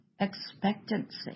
Expectancy